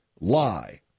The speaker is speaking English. Lie